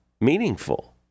meaningful